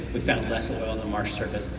we found less and oil on the marsh surface.